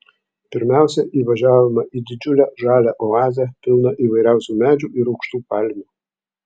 pirmiausia įvažiavome į didžiulę žalią oazę pilną įvairiausių medžių ir aukštų palmių